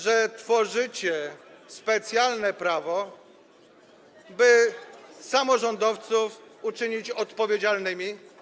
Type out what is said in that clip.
że tworzycie specjalne prawo, by samorządowców uczynić odpowiedzialnymi.